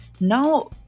Now